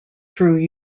through